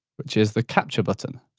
which is the capture button.